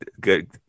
good